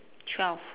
twelve